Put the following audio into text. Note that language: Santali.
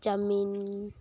ᱪᱟᱣᱢᱤᱱ